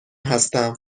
هستم